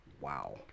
Wow